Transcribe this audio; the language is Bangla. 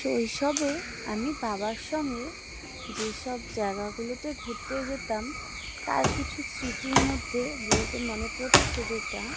শৈশবে আমি বাবার সঙ্গে যেসব জায়গাগুলোতে ঘুরতে যেতাম তার কিছু স্মৃতির মধ্যে বলতে মনে পড়ছে যেটা